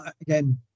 again